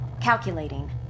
calculating